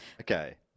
Okay